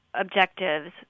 objectives